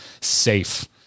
safe